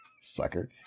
sucker